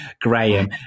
Graham